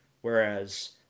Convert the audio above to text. whereas